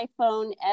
iPhone